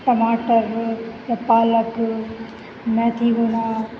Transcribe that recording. टमाटर या पालक मैथीनुमा